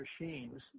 machines